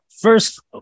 First